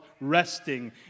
resting